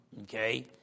Okay